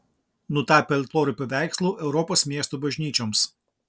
nutapė altorių paveikslų europos miestų bažnyčioms